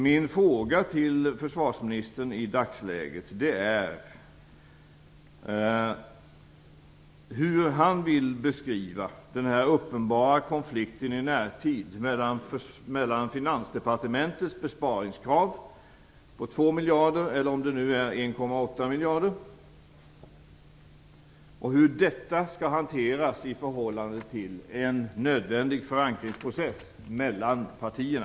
Min fråga till försvarsministern i dagsläget är hur han vill beskriva den här uppenbara konflikten i närtid mellan Finansdepartementets besparingskrav på 2 miljarder, eller om det nu är 1,8 miljarder, och hur detta skall hanteras i förhållande till en nödvändig förankringsprocess mellan partierna.